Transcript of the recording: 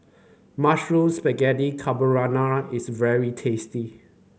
Mushroom Spaghetti Carbonara is very tasty